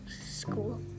school